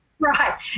Right